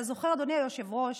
אתה זוכר, אדוני היושב-ראש,